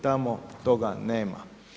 Tamo toga nema.